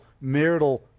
marital